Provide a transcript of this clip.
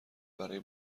برای